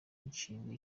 mishinga